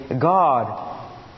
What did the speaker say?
God